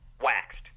Waxed